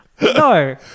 no